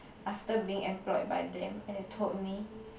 after being employed by them and they told me